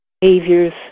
behaviors